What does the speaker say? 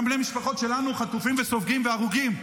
גם בני משפחות שלנו חטופים וסופגים ויש הרוגים.